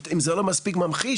אם זה לא מספיק ממחיש,